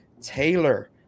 Taylor